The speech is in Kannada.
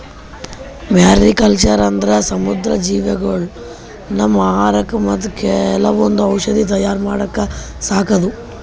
ಮ್ಯಾರಿಕಲ್ಚರ್ ಅಂದ್ರ ಸಮುದ್ರ ಜೀವಿಗೊಳಿಗ್ ನಮ್ಮ್ ಆಹಾರಕ್ಕಾ ಮತ್ತ್ ಕೆಲವೊಂದ್ ಔಷಧಿ ತಯಾರ್ ಮಾಡಕ್ಕ ಸಾಕದು